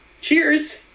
Cheers